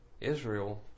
Israel